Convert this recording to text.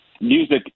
music